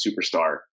superstar